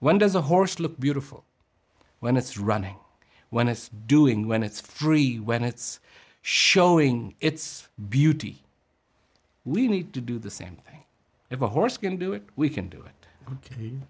when does a horse look beautiful when it's running when it's doing when it's free when it's showing its beauty we need to do the same thing if a horse can do it we can do it